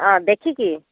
ହଁ ଦେଖିକି